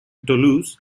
toulouse